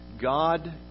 God